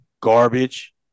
Garbage